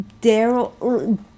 Daryl